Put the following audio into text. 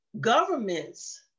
governments